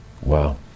Wow